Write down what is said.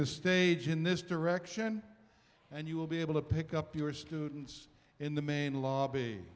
the stage in this direction and you will be able to pick up your students in the main lobby